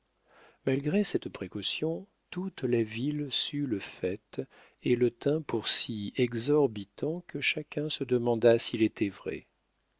malgré cette précaution toute la ville sut le fait et le tint pour si exorbitant que chacun se demanda s'il était vrai